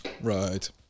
Right